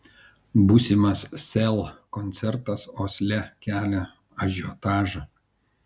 būsimas sel koncertas osle kelia ažiotažą